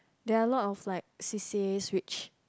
there are a lot of like C_C_As which